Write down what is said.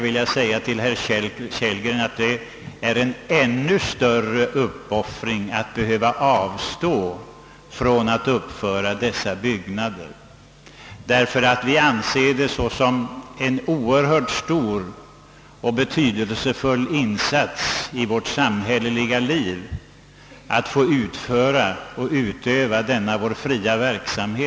Det är herr Kellgren, en ännu större uppoffring att behöva avstå från att uppföra dessa byggnader, ty vi betraktar det såsom en oerhört stor och bety delsefull insats i vårt samhälleliga liv att få tillfälle att fritt utöva vår verksamhet.